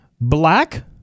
black